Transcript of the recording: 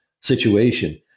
situation